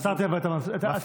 עצרתי לך את השעון.